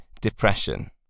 depression